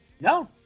No